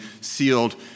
sealed